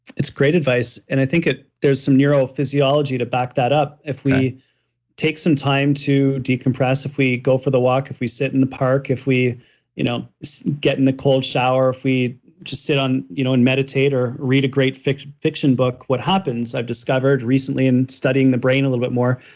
it's great advice. and i think it there's some neurophysiology to back that up if we take some time to decompress, if we go for the walk, if we sit in the park if we you know so get in the cold shower, if we just sit on you know and meditate or read a great fiction fiction book, what happens i've discovered recently in studying the brain a little bit more,